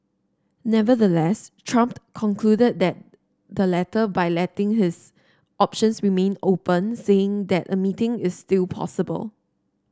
nevertheless Trump concluded that the letter by letting his options remain open saying that a meeting is still possible